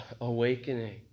awakening